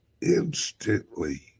instantly